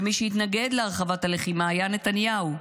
ומי שהתנגד להרחבת הלחימה היה נתניהו.